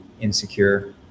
insecure